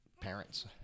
parents